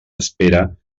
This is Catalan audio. espera